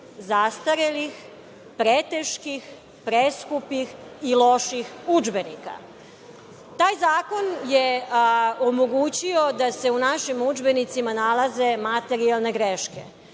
zastarelih, preteških, preskupih i loših udžbenika. Taj Zakon je omogućio da se u našim udžbenicima nalaze materijalne greške.